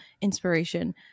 inspiration